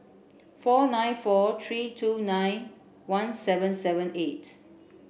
four nine four three two nine one seven seven eight